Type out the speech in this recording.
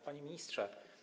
Panie Ministrze!